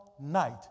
night